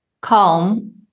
calm